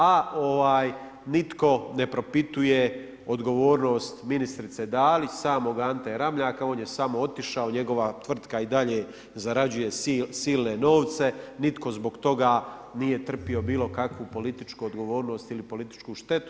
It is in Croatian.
A ovaj, nitko ne propituje odgovornost ministrice Dalić, samog Ante Ramljaka, on je samo otišao, njegova tvrtka i dalje zarađuje silne novce, nitko zbog toga nije trpio bilo kakvu političku odgovornost ili političku štetu.